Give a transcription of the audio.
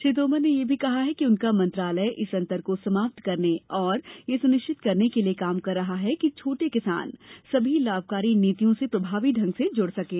श्री तोमर ने यह भी कहा कि उनका मंत्रालय इस अन्तर को समाप्त करने तथा यह सुनिश्चित करने के लिए काम कर रहा है कि छोटे किसान सभी लाभकारी नीतियों से प्रभावी ढंग से जुड़ सकें